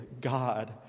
god